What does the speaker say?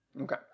Okay